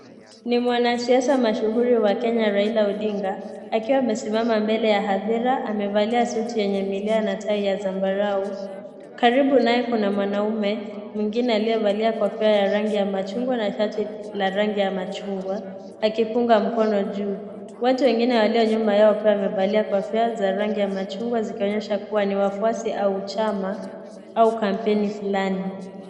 Ni mwanasiasa mashuhuli wa Kenya Raila Odinga, akiwa amesimama mbele ya hadhira, amevalia suti yenye milea na tai ya zambalau, karibu naye kuna mwanaume, mwingine aliye valia kofia ya rangi ya machungwa na shati la rangi ya machungwa, akipunga mkono juu, watu wengine walio nyuma yao pia wamevalia kofia za rangi ya machungwa zikionyesha kuwa ni wafuasi au chama, au kampeni fulani.